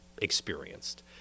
experienced